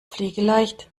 pflegeleicht